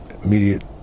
immediate